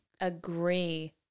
Agree